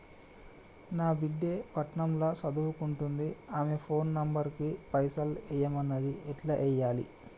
నా బిడ్డే పట్నం ల సదువుకుంటుంది ఆమె ఫోన్ నంబర్ కి పైసల్ ఎయ్యమన్నది ఎట్ల ఎయ్యాలి?